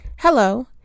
Hello